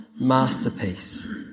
masterpiece